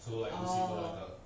orh